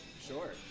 sure